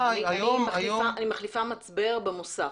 אני מחליפה מצבר במוסך.